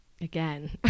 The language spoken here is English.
again